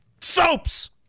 soaps